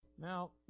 Now